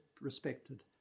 respected